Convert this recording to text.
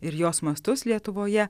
ir jos mastus lietuvoje